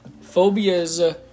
Phobias